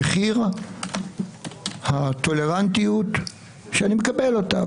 מחיר הטולרנטיות שאני מקבל אותה.